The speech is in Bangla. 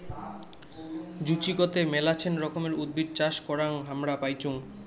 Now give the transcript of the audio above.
জুচিকতে মেলাছেন রকমের উদ্ভিদ চাষ করাং হামরা পাইচুঙ